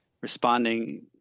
responding